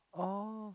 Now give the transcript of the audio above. oh